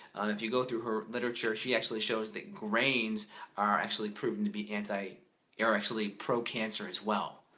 and if you go through her literature, she actually shows that grains are actually proven to be anti or actually pro cancer as well.